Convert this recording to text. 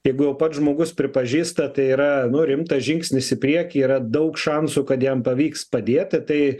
jeigu jau pats žmogus pripažįsta tai yra rimtas žingsnis į priekį yra daug šansų kad jam pavyks padėti tai